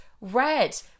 red